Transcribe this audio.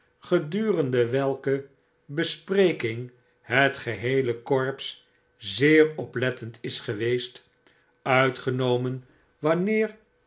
gedurende welke bespreking het geheele korps zeer oplettendis geweest uitgenomen wanneer